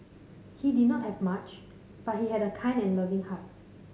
he did not have much but he had a kind and loving heart